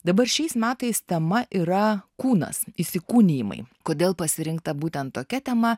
dabar šiais metais tema yra kūnas įsikūnijimai kodėl pasirinkta būtent tokia tema